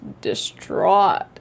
distraught